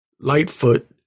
Lightfoot